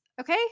Okay